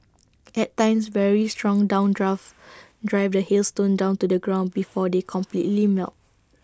at times very strong downdrafts drive the hailstones down to the ground before they completely melt